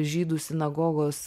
žydų sinagogos